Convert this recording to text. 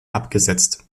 abgesetzt